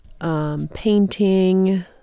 painting